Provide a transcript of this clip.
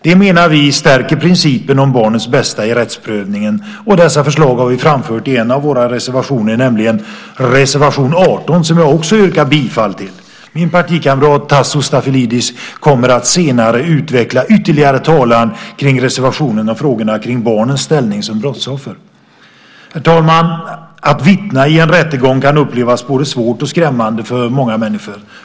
Det menar vi stärker principen om barnets bästa i rättsprövningen, och dessa förslag har vi framfört i en av våra reservationer, nämligen reservation 18, som jag också yrkar bifall till. Min partikamrat Tasso Stafilidis kommer att senare utveckla ytterligare talan kring reservationen och frågorna om barnens ställning som brottsoffer. Herr talman! Att vittna i en rättegång kan upplevas både svårt och skrämmande för många människor.